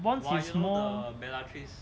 bonds is more